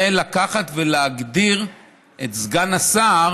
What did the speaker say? ולקחת ולהגדיר את סגן השר